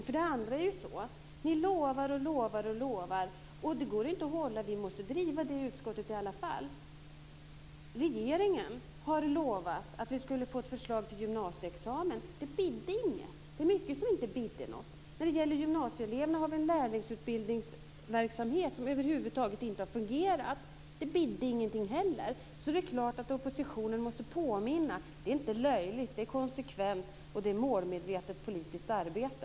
För det andra lovar ni och lovar, men ni kan inte hålla det. Vi måste driva det i utskottet i alla fall. Regeringen har lovat att det skulle komma ett förslag till gymnasieexamen. Det bidde inget. Det är mycket som det inte bidde något av. Det finns en lärlingsutbildning för gymnasieelever som över huvud taget inte har fungerat. Det bidde ingenting heller. Då är det klart att oppositionen måste påminna om sådant som har utlovats. Det är inte löjligt, det är konsekvent och det är ett målmedvetet politiskt arbete.